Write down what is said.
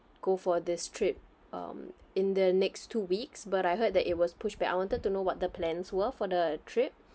go for this trip um in the next two weeks but I heard that it was pushed back I wanted to know what the plans were for the trip